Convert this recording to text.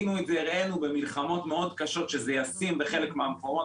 הראינו במלחמות קשות מאוד שזה ישים בחלק מן המקומות.